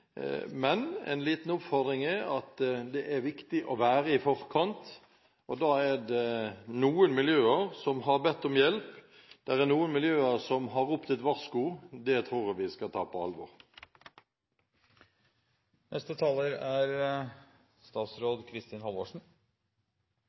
Men en liten oppfordring er at det er viktig å være i forkant. Da er det noen miljøer som har bedt om hjelp, det er noen miljøer som har ropt et varsko. Det tror jeg vi skal ta på alvor. Jeg tror det er